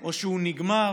או שהוא נגמר.